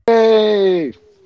Hey